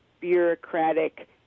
bureaucratic